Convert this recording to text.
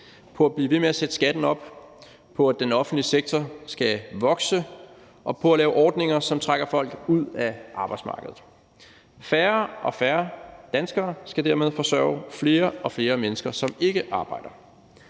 på at blive ved med at sætte skatten op, på, at den offentlige sektor skal vokse, og på at lave ordninger, som trækker folk ud af arbejdsmarkedet. Færre og færre danskere skal dermed forsørge flere og flere mennesker, som ikke arbejder.